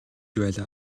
байлаа